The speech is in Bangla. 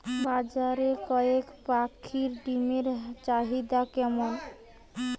বাজারে কয়ের পাখীর ডিমের চাহিদা কেমন?